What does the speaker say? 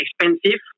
expensive